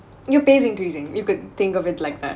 new pace increasing you could think of it like that